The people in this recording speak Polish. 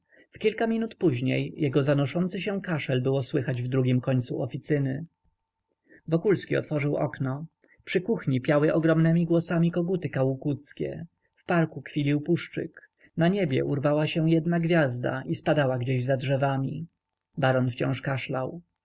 w kilka minut później jego zanoszący się kaszel było słychać w drugim końcu oficyny wokulski otworzył okno przy kuchni piały ogromnemi głosami koguty kałukuckie w parku kwilił puszczyk na niebie urwała się jedna gwiazda i spadła gdzieś za drzewami baron wciąż kaszlał